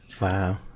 Wow